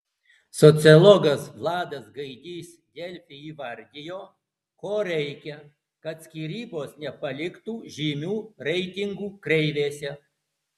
sociologas vladas gaidys delfi įvardijo ko reikia kad skyrybos nepaliktų žymių reitingų kreivėse